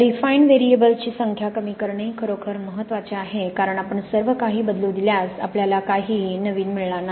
refined व्हेरिएबल्सची संख्या कमी करणे खरोखर महत्वाचे आहे कारण आपण सर्वकाही बदलू दिल्यास आपल्याला काहीही नवीन मिळणारं नाही